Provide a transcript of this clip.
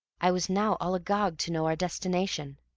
i was now all agog to know our destination,